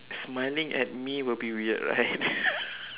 smiling at me will be weird right